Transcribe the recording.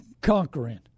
conquering